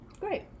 Great